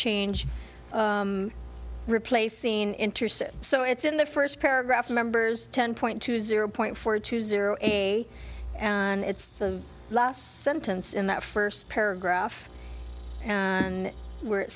change replacing an intercept so it's in the first paragraph members ten point two zero point four two zero eight and it's the last sentence in that first paragraph and where it